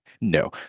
no